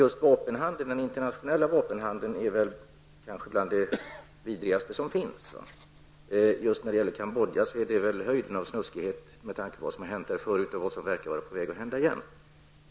Den internationella vapenhandeln är kanske bland det vidrigaste som finns. Just när det gäller Cambodja är sådan handel höjden av snuskighet med tanke på vad som har hänt där förut och vad som nu verkar vara på väg att hända igen.